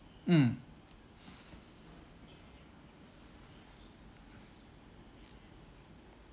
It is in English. mm